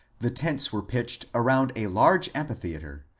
the tents were pitched around a large amphitheatre,